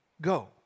go